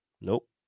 Nope